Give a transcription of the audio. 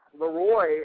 Leroy